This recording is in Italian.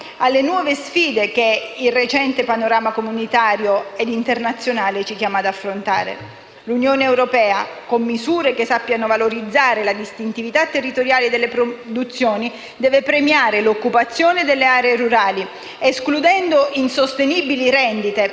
alle nuove sfide che il recente panorama comunitario e internazionale ci chiamano ad affrontare. L'Unione europea, con misure che sappiano valorizzare la distintività territoriale delle produzioni, deve premiare l'occupazione delle aree rurali escludendo insostenibili rendite